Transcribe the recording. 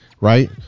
right